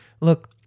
look